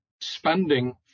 spending